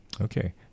Okay